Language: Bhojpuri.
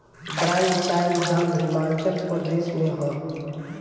दारांग चाय उद्यान हिमाचल प्रदेश में हअ